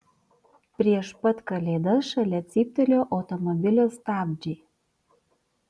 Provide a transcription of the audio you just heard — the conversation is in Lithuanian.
prieš pat kalėdas šalia cyptelėjo automobilio stabdžiai